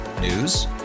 News